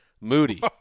Moody